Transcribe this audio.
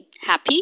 happy